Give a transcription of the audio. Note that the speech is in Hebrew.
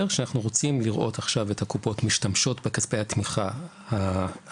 שאנחנו רוצים לראות עכשיו את הקופות משתמשות בכספי התמיכה הלא